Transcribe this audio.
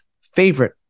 favorite